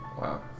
Wow